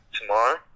Tomorrow